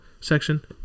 section